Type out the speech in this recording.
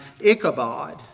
Ichabod